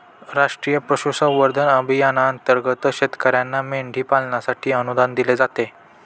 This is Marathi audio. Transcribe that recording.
राष्ट्रीय पशुसंवर्धन अभियानांतर्गत शेतकर्यांना मेंढी पालनासाठी अनुदान दिले जाते